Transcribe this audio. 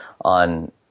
on